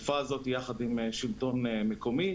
בנושא זה יחד עם גורמי השלטון המקומי,